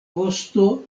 vosto